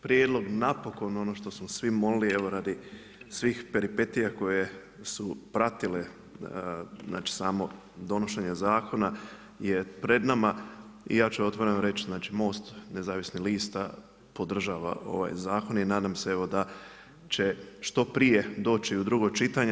Prijedlog napokon ono što smo svi molili evo radi svih peripetija koje su pratile znači samo donošenje zakona, jer pred nama i ja ću otvoreno reći znači MOST nezavisnih lista podržava ovaj zakon i nadam se evo da će što prije doći u drugo čitanje.